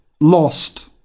Lost